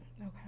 Okay